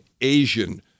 Asian